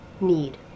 Need